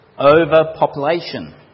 overpopulation